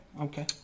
okay